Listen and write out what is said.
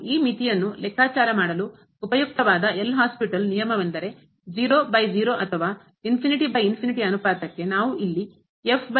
ಮತ್ತು ಈ ಮಿತಿಯನ್ನು ಲೆಕ್ಕಾಚಾರ ಮಾಡಲು ಉಪಯುಕ್ತವಾದ ಎಲ್ ಹಾಸ್ಪಿಟಲ್ ನಿಯಮವೆಂದರೆ ಅಥವಾ ಅನುಪಾತಕ್ಕೆ ನಾವು ಇಲ್ಲಿ ಫಾರ್ಮ್ ಅನ್ನು ಹೊಂದಿದ್ದೇವೆ